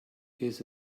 his